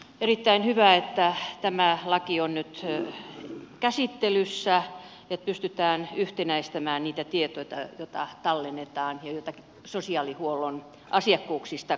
erittäin hyvä että tämä laki on nyt käsittelyssä että pystytään yhtenäistämään niitä tietoja joita tallennetaan ja joita sosiaalihuollon asiakkuuksista kirjataan